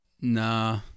Nah